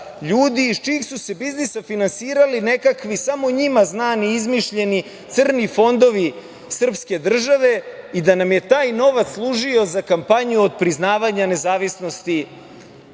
ljudi iz čijih su se biznisa finansirali nekakvi, samo njima znani, izmišljeni crni fondovi srpske države i da nam je taj novac služio za kampanju otpriznavanja nezavisnosti